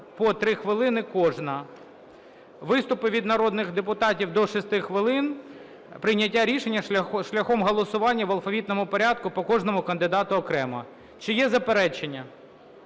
по 3 хвилини кожна; виступи від народних депутатів – до 6 хвилин; прийняття рішення шляхом голосування в алфавітному порядку по кожному кандидату окремо. Чи є заперечення?